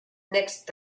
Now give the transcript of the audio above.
next